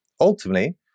Ultimately